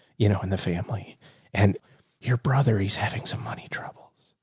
you know, in the family and your brother, he's having some money, trouble,